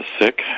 sick